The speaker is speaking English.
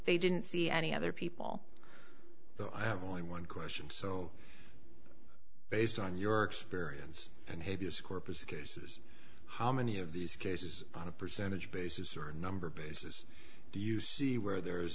they didn't see any other people so i have only one question so based on your experience and habeas corpus cases how many of these cases on a percentage basis or number of cases do you see where there is